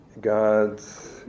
God's